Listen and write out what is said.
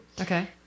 okay